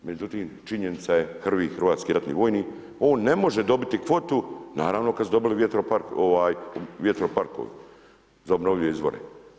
Međutim, činjenica je HRVI, hrvatski ratni vojni, on ne može dobiti kvotu, naravno kad su dobili vjetroparkovi za obnovljive izvore.